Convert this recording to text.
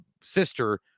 sister